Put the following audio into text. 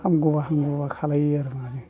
हामगौब्ला हामगौब्ला खालायो आरो माबाजों